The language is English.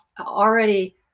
already